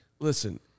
Listen